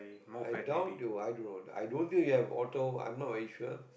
i doubt they'll i don't know i don't think they have auto I am not very sure